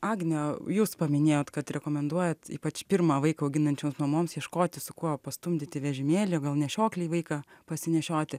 agne jūs paminėjot kad rekomenduojat ypač pirmą vaiką auginančioms mamoms ieškoti su kuo pastumdyti vežimėlį gal nešioklį vaiką pasinešioti